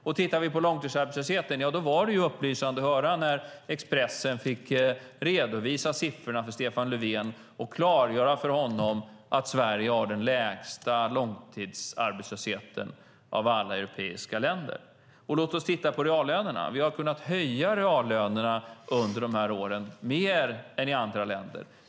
Och när det gäller långtidsarbetslösheten var det upplysande att höra när Expressen fick redovisa siffrorna för Stefan Löfven och klargöra för honom att Sverige har den lägsta långtidsarbetslösheten av alla europeiska länder. Låt oss titta på reallönerna. Vi har kunnat höja reallönerna under de här åren mer än vad man gjort i andra länder.